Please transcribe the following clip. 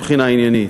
מבחינה עניינית.